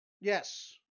yes